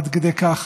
עד כדי כך